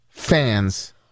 Fans